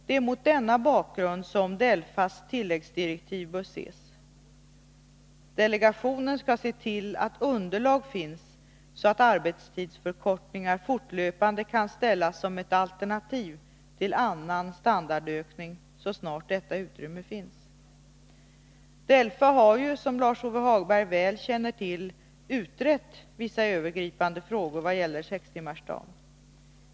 Det är mot denna bakgrund som DELFA:s tilläggsdirektiv bör ses. Delegationen skall se till att underlag finns så att arbetstidsförkortningar fortlöpande kan ställas som ett alternativ till annan standardökning så snart detta utrymme finns. DELFA har ju, som Lars-Ove Hagberg väl känner till, utrett vissa övergripande frågor vad gäller sextimmarsdagen.